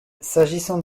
s’agissant